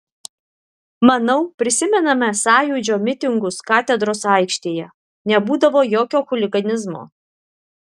manau prisimename sąjūdžio mitingus katedros aikštėje nebūdavo jokio chuliganizmo